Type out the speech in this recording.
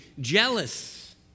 jealous